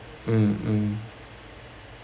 mm mm